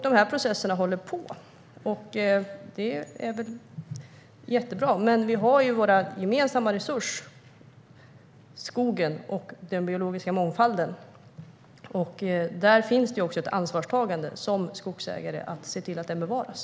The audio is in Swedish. De här processerna pågår, och det är jättebra. Vi har vår gemensamma resurs: skogen och den biologiska mångfalden. Som skogsägare har man ett ansvar för att se till att den bevaras.